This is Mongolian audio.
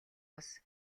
бус